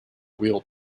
wheel